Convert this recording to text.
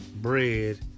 bread